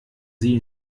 sie